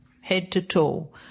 head-to-toe